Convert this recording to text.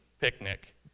picnic